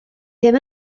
ddim